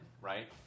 right